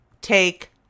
take